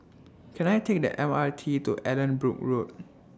Can I Take The M R T to Allanbrooke Road